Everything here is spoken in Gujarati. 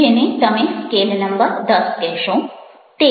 જેને તમે સ્કેલ નંબર 10 કહેશો